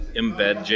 embed